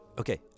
Okay